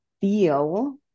feel